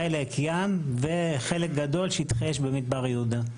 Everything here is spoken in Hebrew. חלק מהשטח הוא ים וחלק שטחי אש במדבר יהודה.